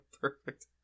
perfect